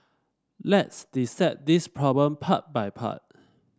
let's dissect this problem part by part